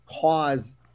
cause